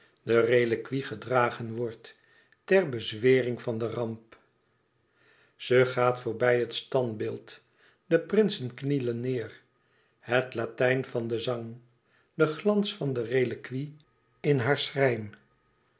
de reliquie gedragen wordt ter bezwering van den ramp ze gaat voorbij het standbeeld de prinsen knielen neêr het latijn van den zang de glans van de reliquie in haar schrijn